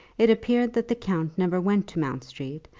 it appeared that the count never went to mount street,